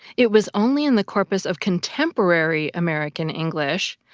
it was only in the corpus of contemporary american english,